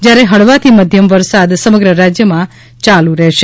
જ્યારે હળવાથી મધ્યમ વરસાદ સમગ્ર રાજ્યમાં ચાલુ રહેશે